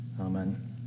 amen